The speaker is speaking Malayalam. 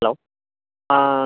ഹലോ ആ